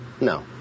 No